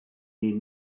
need